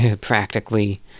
Practically